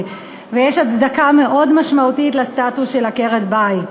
יש הצדקה מאוד משמעותית לסטטוס של עקרת-בית.